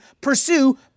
pursue